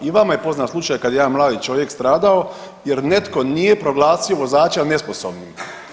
I vama je poznat slučaj kada je jedan mladi čovjek stradao jer netko nije proglasio vozača nesposobnim.